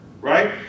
right